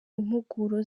impuguro